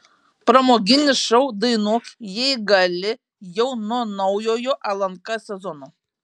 pramoginis šou dainuok jei gali jau nuo naujojo lnk sezono